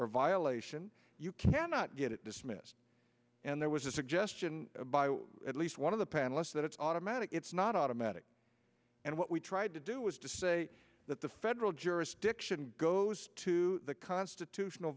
or violation you cannot get it dismissed and there was a suggestion by at least one of the panelists that it's automatic it's not automatic and what we tried to do is to say that the federal jurisdiction goes to the constitutional